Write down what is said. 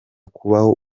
kubaho